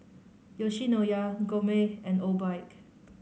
Yoshinoya Gourmet and Obike